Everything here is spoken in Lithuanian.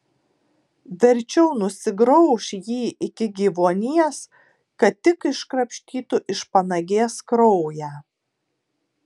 verčiau nusigrauš jį iki gyvuonies kad tik iškrapštytų iš panagės kraują